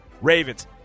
Ravens